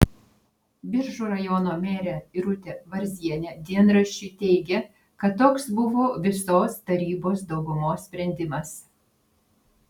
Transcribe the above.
biržų rajono merė irutė varzienė dienraščiui teigė kad toks buvo visos tarybos daugumos sprendimas